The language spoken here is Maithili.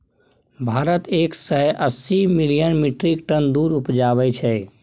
भारत एक सय अस्सी मिलियन मीट्रिक टन दुध उपजाबै छै